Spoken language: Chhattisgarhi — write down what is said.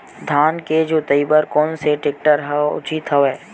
धान के जोताई बर कोन से टेक्टर ह उचित हवय?